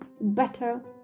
better